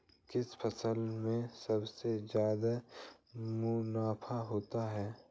किस फसल में सबसे जादा मुनाफा होता है?